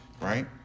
right